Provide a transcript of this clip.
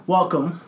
Welcome